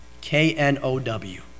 K-N-O-W